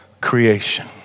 creation